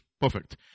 perfect